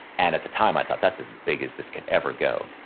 and at the time i thought, that's as big as this could ever go.